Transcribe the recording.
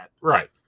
Right